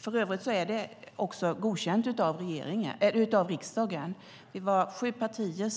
För övrigt är det också godkänt av riksdagen. Det var sju partier